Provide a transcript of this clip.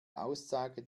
aussage